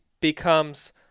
becomes